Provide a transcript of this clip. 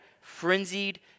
frenzied